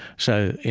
so